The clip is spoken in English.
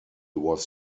was